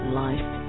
life